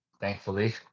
Thankfully